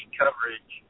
coverage